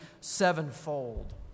sevenfold